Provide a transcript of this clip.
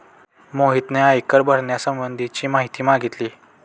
मोहितने आयकर भरण्यासंबंधीची माहिती मागितली